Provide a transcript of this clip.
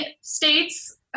states